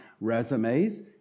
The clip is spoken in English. resumes